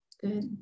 Good